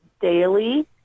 daily